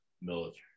military